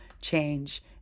change